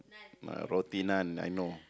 ah roti naan I know